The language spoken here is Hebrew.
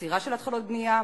עצירה של התחלות בנייה,